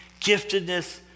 giftedness